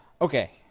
Okay